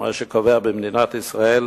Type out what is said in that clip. מי שקובע במדינת ישראל